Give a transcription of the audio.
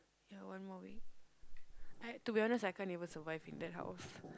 ya one more week I to be honest I can't even survive in that house